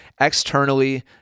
externally